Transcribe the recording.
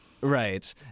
Right